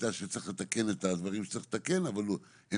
הייתה שצריך לתקן את הדברים שצריך לתקן, אבל הם